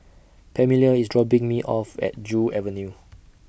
Pamelia IS dropping Me off At Joo Avenue